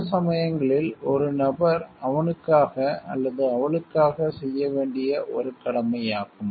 சில சமயங்களில் ஒரு நபர் அவனுக்காக அல்லது அவளுக்காக செய்ய வேண்டிய ஒரு கடமையாகும்